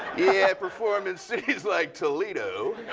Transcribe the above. yeah, i perform in cities like toledo.